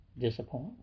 disappoint